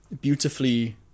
beautifully